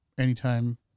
Anytime